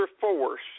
force